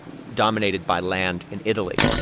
dominated by land in italy.